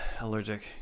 allergic